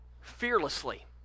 fearlessly